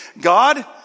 God